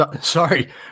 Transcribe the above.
sorry